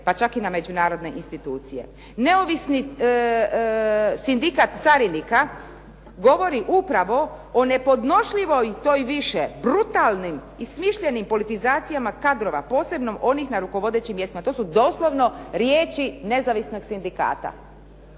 pa čak i na međunarodne institucije. Neovisni sindikat carinika govori upravo o nepodnošljivoj toj više brutalnim i smišljenim politizacijama kadrova, posebno onih na rukovodećim mjestima. To su doslovno riječi nezavisnog sindikata.